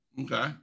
Okay